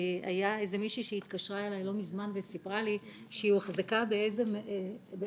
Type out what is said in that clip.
הייתה מישהי שהתקשרה אליי לא מזמן וסיפרה לי שהיא הוחזקה באיזה